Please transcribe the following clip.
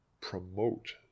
promote